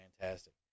fantastic